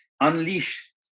unleash